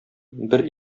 бер